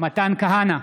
מתן כהנא,